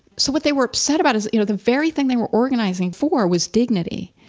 so, what they were upset about is, you know, the very thing they were organizing for was dignity.